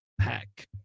Pack